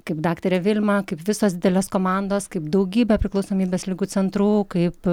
kaip daktarė vilma kaip visos didelės komandos kaip daugybė priklausomybės ligų centrų kaip